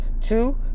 Two